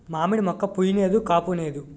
మావిడి మోక్క పుయ్ నేదు కాపూనేదు